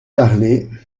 parler